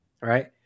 Right